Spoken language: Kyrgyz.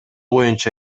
боюнча